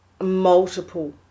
multiple